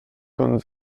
con